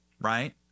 right